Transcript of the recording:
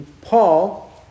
Paul